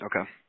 Okay